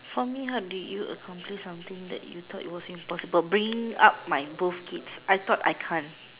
for me how did you accomplished something that you thought was impossible bring up my both kids I thought I can't